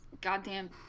goddamn